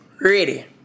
Ready